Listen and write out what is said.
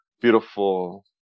beautiful